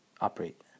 operate